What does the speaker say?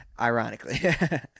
ironically